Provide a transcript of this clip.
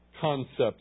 concepts